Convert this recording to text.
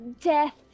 death